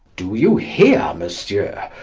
do you hear, monsieur?